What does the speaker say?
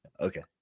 Okay